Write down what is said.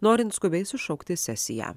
norint skubiai sušaukti sesiją